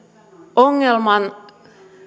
ongelman